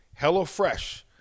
HelloFresh